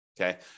okay